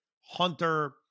Hunter